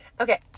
Okay